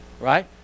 right